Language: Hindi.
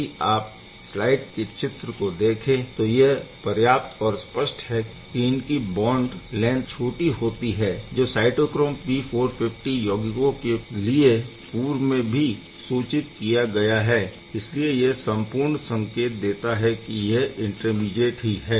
यदि आप स्लाइड के चित्र को देखें तो यह पर्याप्त और स्पष्ट है कि इनकी बॉन्ड लैन्थ छोटी होती है जो साइटोक्रोम P450 यौगिकों के लिए पूर्व में भी सूचित किया गया है इसलिए यह संपूर्ण संकेत देता है की यह इंटरमीडिएट ही हैं